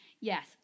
Yes